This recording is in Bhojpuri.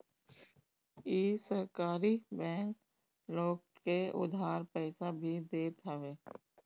इ सहकारी बैंक लोग के उधार पईसा भी देत हवे